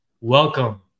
welcome